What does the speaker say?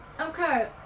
Okay